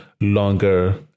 longer